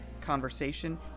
conversation